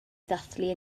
ddathlu